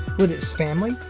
with its family,